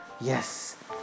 Yes